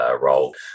role